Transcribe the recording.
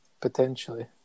Potentially